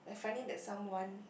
the finding that someone